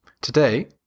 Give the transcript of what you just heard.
Today